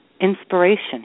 inspiration